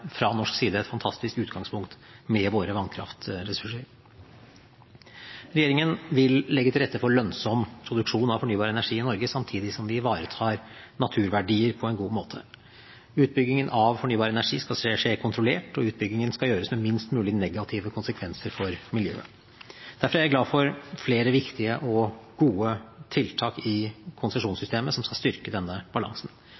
fra norsk side et fantastisk utgangspunkt med våre vannkraftressurser. Regjeringen vil legge til rette for lønnsom produksjon av fornybar energi i Norge, samtidig som vi ivaretar naturverdier på en god måte. Utbyggingen av fornybar energi skal skje kontrollert, og utbyggingen skal gjøres med minst mulig negative konsekvenser for miljøet. Derfor er jeg glad for flere viktige og gode tiltak i